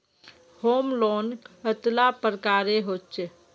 Home loan कतेला प्रकारेर होचे?